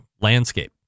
landscape